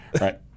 Right